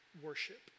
worship